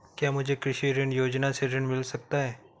क्या मुझे कृषि ऋण योजना से ऋण मिल सकता है?